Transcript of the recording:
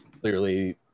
clearly